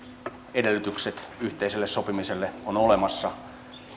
edellytykset yhteiselle sopimiselle ovat olemassa